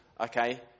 Okay